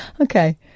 Okay